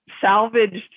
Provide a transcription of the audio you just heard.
salvaged